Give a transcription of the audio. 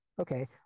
Okay